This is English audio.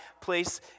place